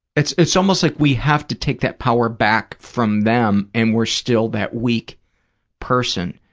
it's it's almost like we have to take that power back from them and we're still that weak person.